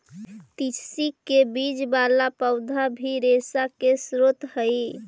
तिस्सी के बीज वाला पौधा भी रेशा के स्रोत हई